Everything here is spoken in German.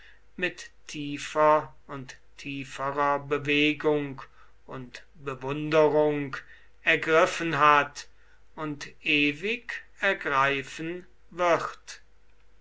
mit tiefer und tieferer bewegung und bewunderung ergriffen hat und ewig ergreifen wird